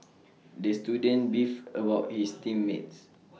the student beefed about his team mates